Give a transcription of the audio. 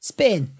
Spin